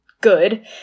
good